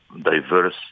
diverse